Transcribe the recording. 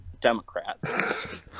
Democrats